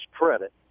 credit